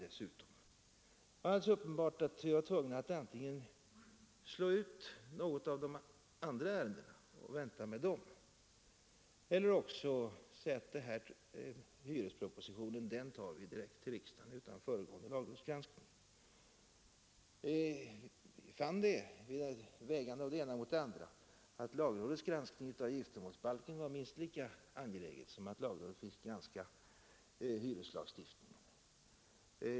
Det var alldeles uppenbart att vi var tvungna att antingen vänta med något av de andra ärendena eller också förelägga riksdagen hyrespropositionen utan föregående lagrådsgranskning. Vi fann när vi vägde det ena mot det andra att lagrådets granskning av giftermålsbalken var minst lika angelägen som en granskning av hyreslagstiftningen.